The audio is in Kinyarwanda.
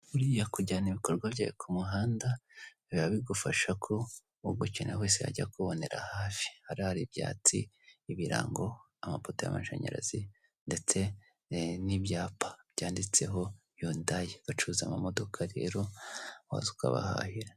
Buriya kujyana ibikorwa byawe ku muhanda biba bigufasha ko ugukeneye wese yajya akubonera hafi. Hariya hari ibyatsi, ibirango, amapoto y'amashanyarazi ndetse n'ibyapa byanditseho yondayi bacuruza amamodoka rero waza ukabahahira.